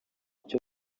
icyo